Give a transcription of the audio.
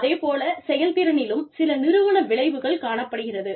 அதேபோல செயல்திறனிலும் சில நிறுவன விளைவுகள் காணப்படுகிறது